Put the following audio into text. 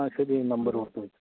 ആ ശരി നമ്പര് കൊടുത്തോളൂ